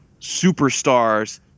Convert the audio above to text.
superstars